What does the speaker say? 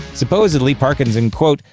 supposedly, parkinson, quote,